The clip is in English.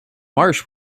marsh